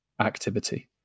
activity